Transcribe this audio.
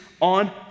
on